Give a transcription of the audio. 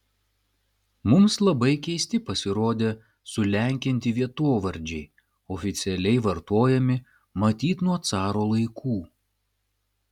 mums labai keisti pasirodė sulenkinti vietovardžiai oficialiai vartojami matyt nuo caro laikų